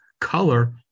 color